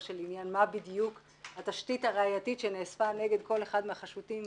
של עניין מה בדיוק התשתית הראייתית שנאספה נגד כל אחד מהחשודים,